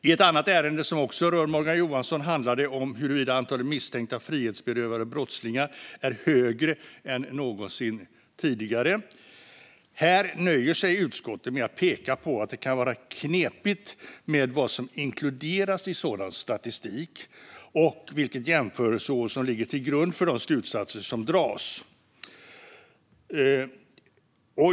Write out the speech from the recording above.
I ett annat ärende, som också rör Morgan Johansson, handlar det om huruvida antalet misstänkta frihetsberövade brottslingar är högre än någonsin tidigare. Här nöjer sig utskottet med att peka på att det kan vara knepigt med vad som inkluderas i sådan statistik och vilket jämförelseår som ligger till grund för de slutsatser som dras.